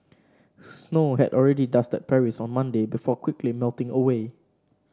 snow had already dusted Paris on Monday before quickly melting away